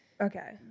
okay